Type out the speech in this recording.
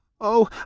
Oh